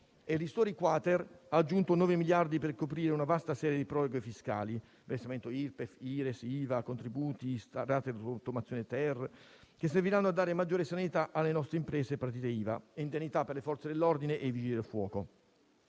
e il ristori-*quater*, che ha aggiunto 9 miliardi per coprire una vasta serie di proroghe fiscali (versamento Irpef, Ires, IVA, contributi, rate della rottamazione-*ter*) che serviranno a dare maggiore solidità alle nostre imprese e partita IVA, e indennità per le Forze dell'ordine e i Vigili del fuoco.